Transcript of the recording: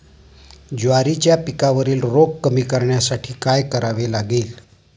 ज्वारीच्या पिकावरील रोग कमी करण्यासाठी काय करावे लागेल?